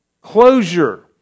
Closure